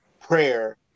prayer